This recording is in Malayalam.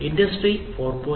ഇൻഡസ്ട്രി 4